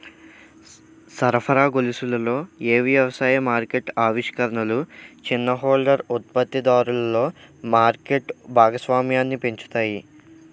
సరఫరా గొలుసులలో ఏ వ్యవసాయ మార్కెట్ ఆవిష్కరణలు చిన్న హోల్డర్ ఉత్పత్తిదారులలో మార్కెట్ భాగస్వామ్యాన్ని పెంచుతాయి?